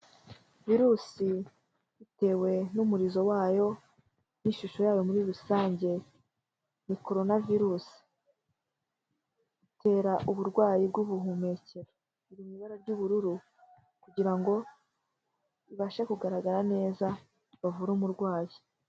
Virusi, bitewe n'umurizo wayo n'ishusho yayo muri rusange, ni korona virusi, itera uburwayi bw'ubuhumekero, iri mu ibara ry'ubururu kugira ngo ibashe kugaragara neza bavure umurwayi.